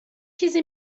چیزی